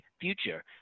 future